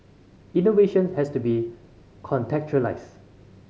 innovation has to be contextualised